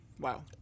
Wow